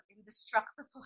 indestructible